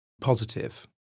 positive